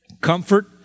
comfort